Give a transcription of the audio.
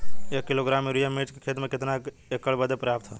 एक kilogram urea मिर्च क खेती में कितना एकड़ बदे पर्याप्त ह?